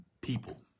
people